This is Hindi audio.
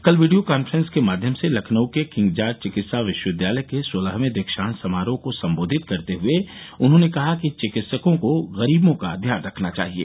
कल वीडियो कांफ्रेंस के माध्यम से लखनऊ के किंग जॉर्ज चिकित्सा विश्वविद्यालय के सोलहवें दीक्षांत समारोह को संबोधित करते हुए उन्होंने कहा कि चिकित्सकों को गरीबों का ध्यान रखना चाहिए